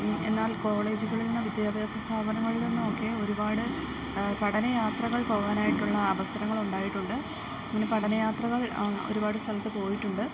എന്നാൽ കോളേജുകളിൽനിന്നു വിദ്യാഭ്യാസസ്ഥാപനങ്ങളിൽ നിന്നും ഒക്കെ ഒരുപാട് പഠനയാത്രകൾ പോകാനായിട്ടുള്ള അവസരങ്ങൾ ഉണ്ടായിട്ടുണ്ട് ഇങ്ങനെ പഠനയാത്രകൾ ഒരുപാട് സ്ഥലത്തു പോയിട്ടുണ്ട്